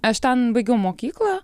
aš ten baigiau mokyklą